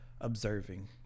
observing